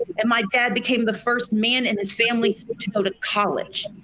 and my dad became the first man in his family to go to college.